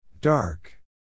Dark